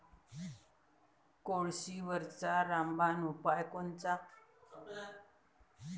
कोळशीवरचा रामबान उपाव कोनचा?